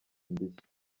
indishyi